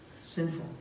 sinful